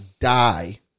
die